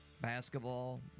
basketball